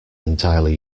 entirely